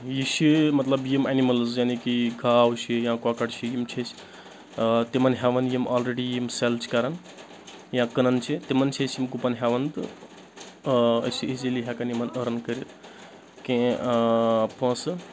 یہِ چھُ یہِ مطلب یِم انمٕلٕز یعنے کہِ گاو چھِ یا کۄکر چھِ یِم چھِ أسۍ تِمن ہیوَان یِم آلریڑی یِم سیٚل چھِ کران یا کٕنان چھِ تِمن چھِ أسۍ یِم گُپن ہیوان تہٕ أسۍ چھِ ایٖزیلی ہیٚکان یِمن أرٕن کٔرِتھ کینٛہہ پونسہٕ